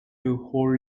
also